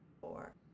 four